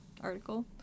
article